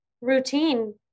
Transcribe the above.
routine